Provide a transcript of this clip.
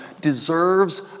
deserves